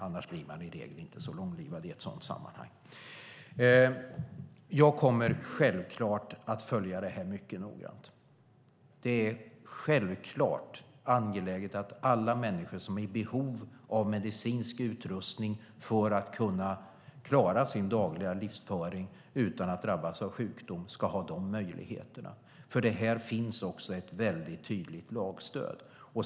Annars blir man i regel inte så långlivad i ett sådant sammanhang. Jag kommer självklart att följa det här mycket noggrant. Det är självklart angeläget att alla människor som är i behov av medicinsk utrustning för att kunna klara sin dagliga livsföring utan att drabbas av sjukdom ska ha möjlighet till det. För det här finns också ett väldigt tydligt lagstöd.